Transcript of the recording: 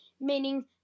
meaning